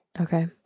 Okay